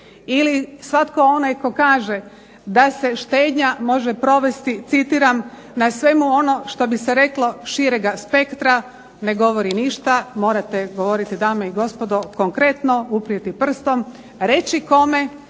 ili svatko onaj tko kaže da se štednja može provesti, citiram: "Na svemu onom što bi se reklo širega spektra", ne govori ništa. Morate govoriti, dame i gospodo, konkretno. Uprijeti prstom, reći kome